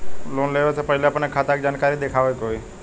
Loan लेवे से पहिले अपने खाता के जानकारी दिखावे के होई?